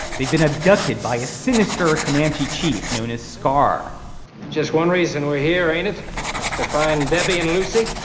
they've been abducted by a sinister comanche chief known as scar just one reason we're here and is is to find debbie and lucy.